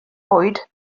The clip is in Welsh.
fwyd